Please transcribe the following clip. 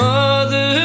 Mother